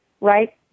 Right